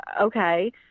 okay